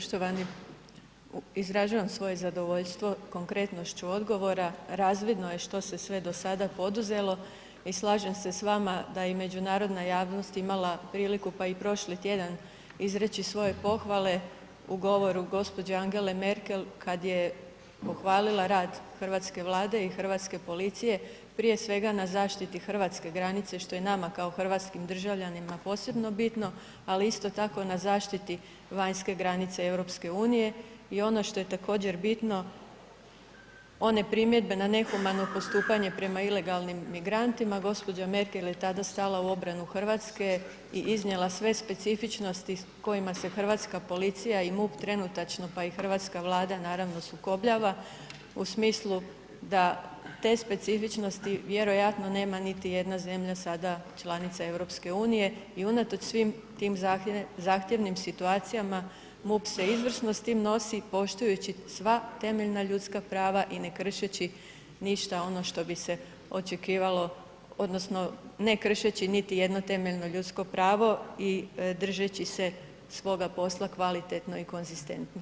Poštovani, izražavam svoje zadovoljstvo konkretnošću odgovora, razvidno je što se sve do sada poduzelo i slažem s vama da je i međunarodna javnost imala priliku pa i prošli tjedan izreći svoje pohvale u govoru gđe. Angele Merkel kad je pohvalila rad hrvatske Vlade i hrvatske policije prije svega na zaštiti hrvatske granice što je nama kao hrvatskim državljanima posebno bitno ali isto tako na zaštiti vanjske granice EU-a i ono što je također bitno, one primjedbe na nehumano postupanje prema ilegalnim migrantima, gđa. Merkel je tada stala u obranu Hrvatske i iznijela sve specifičnosti kojima se hrvatska policija i MUP trenutačno pa i hrvatska Vlada naravno sukobljava u smislu da te specifičnosti vjerojatno nema niti jedna zemlja sada članica EU-a i unatoč svim tim zahtjevnim situacijama, MUP se izvrsno s tim nosi poštujući sva temeljna ljudska prava i ne kršeći ništa ono što bi se očekivalo odnosno ne kršeći niti jedno temeljno ljudsko pravo i držeći se svoga posla kvalitetno i konzistentno.